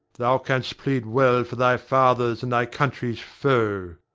thou canst plead well for thy father's and thy country's foe.